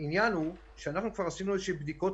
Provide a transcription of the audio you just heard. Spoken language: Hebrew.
העניין הוא שאנחנו כבר עשינו איזשהן בדיקות